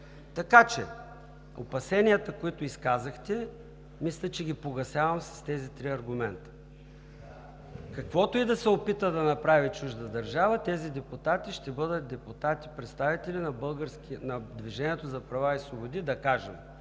партия. Опасенията, които изказахте, мисля, че ги погасявам с тези три аргумента. Каквото и да се опита да направи чужда държава, тези депутати ще бъдат депутати – представители на „Движението за права и свободи“, да кажем,